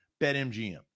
BetMGM